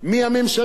מהממשלות,